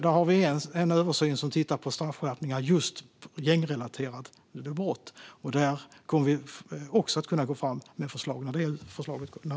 Det görs en översyn av straffskärpningar relaterat till just gängkriminalitet, och här kommer vi också med förslag när det resultatet kommer.